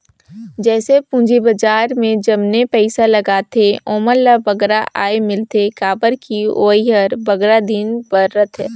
जइसे पूंजी बजार में जमने पइसा लगाथें ओमन ल बगरा आय मिलथे काबर कि ओहर बगरा दिन बर रहथे